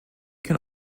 can